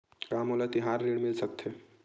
का मोला तिहार ऋण मिल सकथे?